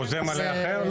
חוזה מלא אחר?